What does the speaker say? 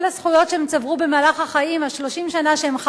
כל הזכויות שהם צברו במהלך החיים,